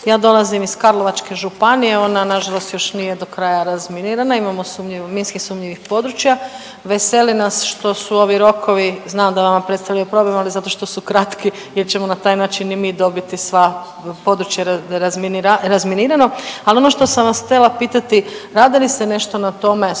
Ja dolazim iz Karlovačke županije ona nažalost još nije do kraja razminirana, imamo sumnjiva, minski sumnjiva područja, veseli nas što su ovi rokovi znam da vama predstavljaju problem, ali zato što su kratki jer ćemo na taj način i mi dobiti sva područje razminirano. Ali ono što sam vas tela pitati, radi li se nešto na tome,